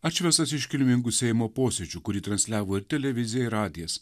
atšvęstas iškilmingu seimo posėdžiu kurį transliavo televizija ir radijas